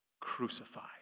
crucified